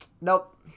Nope